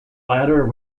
latter